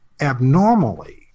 abnormally